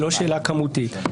היא לא שאלה כמותית.